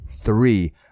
Three